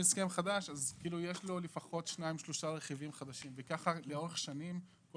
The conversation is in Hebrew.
עיקר ההצעה מתייחסת לרכבים חדשים, לאו בהכרח